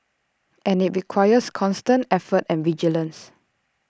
and IT requires constant effort and vigilance